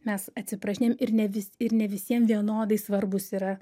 mes atsiprašinėjam ir nevis ir ne visiem vienodai svarbūs yra